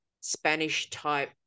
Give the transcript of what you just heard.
Spanish-type